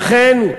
לכן,